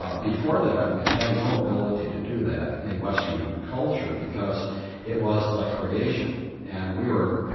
ah before that, we had no ability to do that in western culture, because it was the creation and we were,